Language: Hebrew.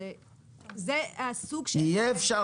זה הסוג ש- -- יהיה אפשר,